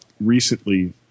recently –